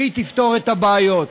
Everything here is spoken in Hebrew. והיא תפתור את הבעיות.